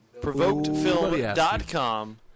provokedfilm.com